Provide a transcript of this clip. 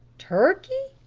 turkey?